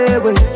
away